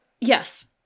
Yes